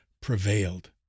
prevailed